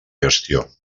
gestió